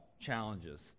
Challenges